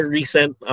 recent